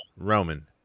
Roman